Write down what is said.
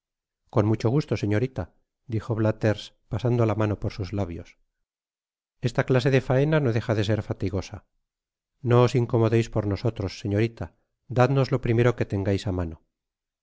con mucho gusto señorita dijo blathers pasando la mano por sus lábios esta clase de faena no deja de ser fatigosa no os incomodeis por nosotros señorita dadnos lo primero que tengais á mano